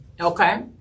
Okay